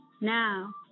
now